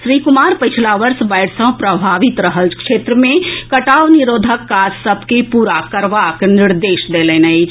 श्री कुमार पछिला वर्ष बाढ़ि सॅ प्रभावित रहल क्षेत्र मे कटाव निरोधक काज सभ के पूरा करबाक निर्देश देलनि अछि